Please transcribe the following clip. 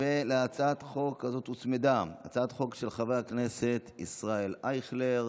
להצעת החוק הזאת הוצמדה הצעת חוק של חבר הכנסת ישראל אייכלר,